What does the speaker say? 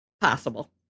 possible